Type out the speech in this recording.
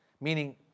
meaning